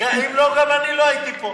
אם לא, גם אני לא הייתי פה.